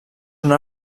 una